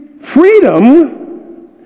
freedom